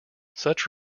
such